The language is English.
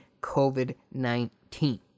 COVID-19